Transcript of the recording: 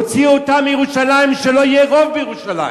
הוציאו אותם מירושלים, שלא יהיה רוב בירושלים.